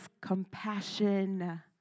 compassion